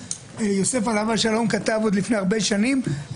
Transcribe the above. יוסף עליו השלום כתב עוד לפני הרבה שנים,